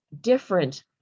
different